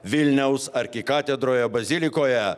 vilniaus arkikatedroje bazilikoje